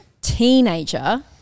teenager